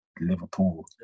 Liverpool